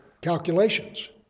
calculations